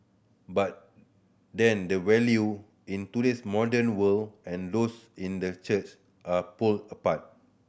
but then the value in today's modern world and those in the church are pole apart